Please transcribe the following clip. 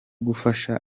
gufasha